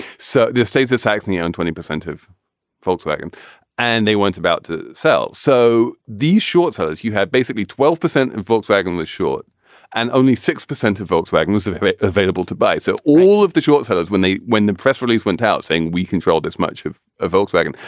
so the state of saxony on twenty percent of volkswagen and they went about to sell. so these short-sellers you have basically twelve percent of volkswagen was short and only six percent of volkswagen was available to buy. so all of the short-sellers, when they when the press release went out saying we control this much of a volkswagen,